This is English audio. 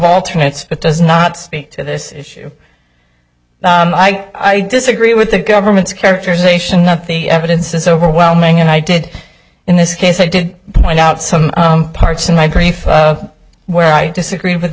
alternate it does not speak to this issue i disagree with the government's characterization nothing evidence is overwhelming and i did in this case i did point out some parts in my grief where i disagree with